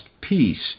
Peace